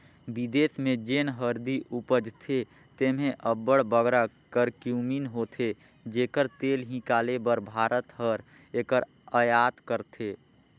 बिदेस में जेन हरदी उपजथे तेम्हें अब्बड़ बगरा करक्यूमिन होथे जेकर तेल हिंकाले बर भारत हर एकर अयात करथे